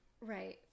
right